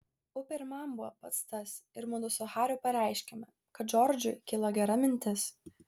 upė ir man buvo pats tas ir mudu su hariu pareiškėme kad džordžui kilo gera mintis